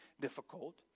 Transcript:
difficult